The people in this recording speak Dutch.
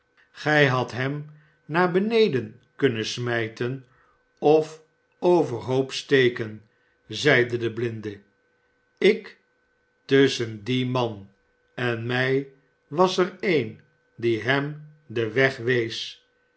gij hadt hem naar beneden kunnen smijten of overhoop steken zeide de blinde ik tusschen dien man en mij was er een die hem den